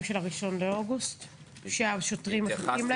של האחד באוגוסט שהשוטרים מחכים להם?